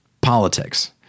politics